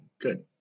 good